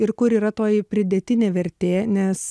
ir kur yra toji pridėtinė vertė nes